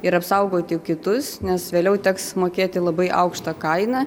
ir apsaugoti kitus nes vėliau teks mokėti labai aukšta kaina